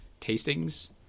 tastings